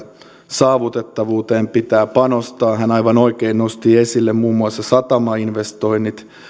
saavutettavuuteen pitää panostaa hän aivan oikein nosti esille muun muassa satamainvestoinnit